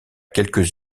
quelques